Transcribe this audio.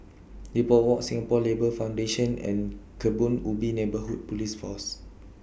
Depot Walk Singapore Labour Foundation and Kebun Ubi Neighbourhood Police Foss